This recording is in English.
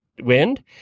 wind